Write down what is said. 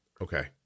Okay